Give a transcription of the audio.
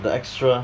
the extra